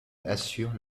assure